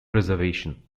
preservation